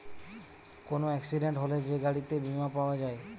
কোন এক্সিডেন্ট হলে যে গাড়িতে বীমা পাওয়া যায়